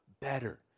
better